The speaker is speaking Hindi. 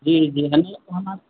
जी जी